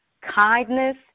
kindness